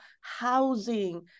housing